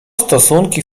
stosunki